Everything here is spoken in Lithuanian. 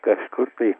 kažkur tai